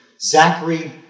Zachary